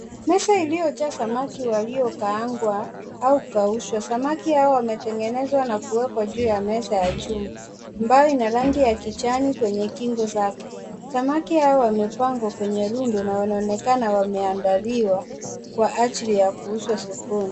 Meza iliyojaa samaki waliokaangwa au kukaushwa, samaki hawa wametengenezwa na kuwekwa juu ya meza ya chuma, ambayo ina rangi ya kijani kwenye kingo zake, samaki hawa wamepangwa kwenye rundo na wanaonekana wameandaliwa kwa ajili ya kuuzwa sokoni.